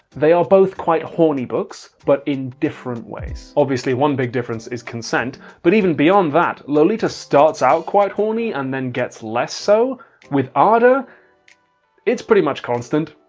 they are both quite horny books but in different ways. obviously one big difference is consent but even beyond that lolita starts out quite horny and then gets less so with ada it's pretty much constant.